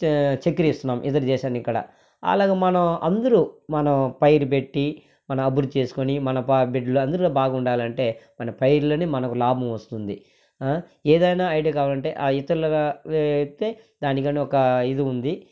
చే చక్కరి ఇస్తున్నాము ఇతర దేశానికి కూడా అలాగ మనం అందరు మనం పైరు పెట్టి మన అభివృద్ధి చేసుకొని మన పా బిడ్డలు అందరు బాగుండాలంటే మన పైరులోనే మనకి లాభం వస్తుంది ఏదైనా ఐడియా కావాలంటే ఆ ఇతరుల అయితే దానికని ఒక ఇది ఉంది